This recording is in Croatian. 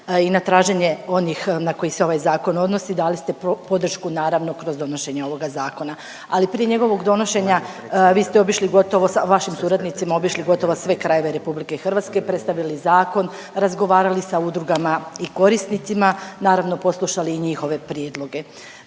I na traženje onih na koji se ovaj zakon odnosi dali ste podršku naravno kroz donošenje ovoga zakona. Ali prije njegovog donošenja vi ste obišli gotovo, sa vašim suradnicima obišli gotovo sve krajeve RH, predstavili zakon, razgovarali sa udrugama i korisnicima naravno poslušali i njihove prijedloge.